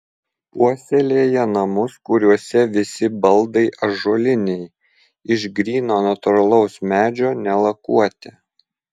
puoselėja namus kuriuose visi baldai ąžuoliniai iš gryno natūralaus medžio nelakuoti